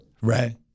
Right